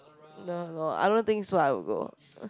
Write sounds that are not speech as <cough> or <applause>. <noise> no loh I don't think so I'll go